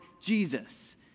Jesus